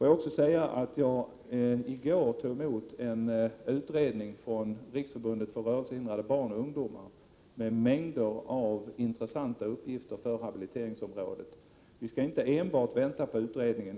Jag tog i går emot en utredning från Riksförbundet för rörelsehindrade barn och ungdomar. Denna innehöll mängder av intressanta uppgifter på habiliteringsområdet. Vi skall inte enbart vänta på utredningen.